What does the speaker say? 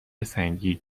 سنگی